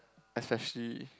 especially